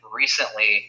recently